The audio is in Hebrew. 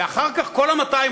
ואחר כך כל ה-200,